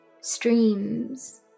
streams